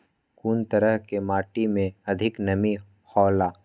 कुन तरह के माटी में अधिक नमी हौला?